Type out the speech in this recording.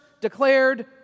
declared